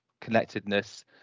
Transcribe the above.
connectedness